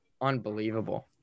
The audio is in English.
unbelievable